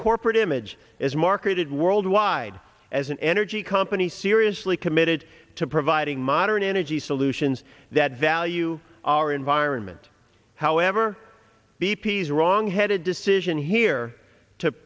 corporate image is marketed worldwide as an energy company seriously committed to providing modern energy solutions that value our environment however b p s wrong headed decision here to